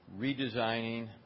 redesigning